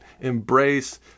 Embrace